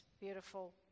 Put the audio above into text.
beautiful